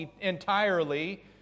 entirely